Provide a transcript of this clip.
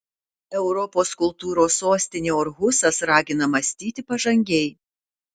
europos kultūros sostinė orhusas ragina mąstyti pažangiai